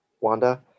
Wanda